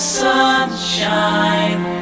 sunshine